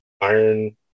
iron